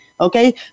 Okay